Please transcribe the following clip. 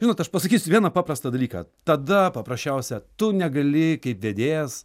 žinot aš pasakysiu vieną paprastą dalyką tada paprasčiausia tu negali kaip vedėjas